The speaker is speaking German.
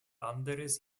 anderes